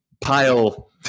pile